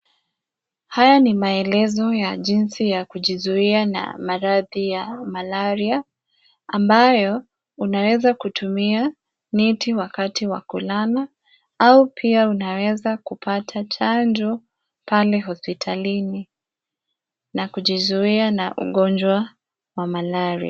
Haya ni maelezo ya jinsi ya kujizuia na maradhi ya malaria, ambayo unaweza kutumia neti wakati wa kulala au pia unaweza kupata chanjo pale hospitalini na kujizuia na ugonjwa wa malaria.